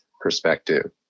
perspective